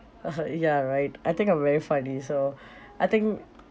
ya right I think I'm very funny so I think